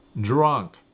drunk